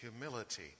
humility